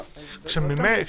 לא תמיד זה אותו דבר.